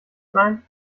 sein